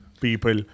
people